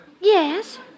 yes